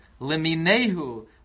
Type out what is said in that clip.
leminehu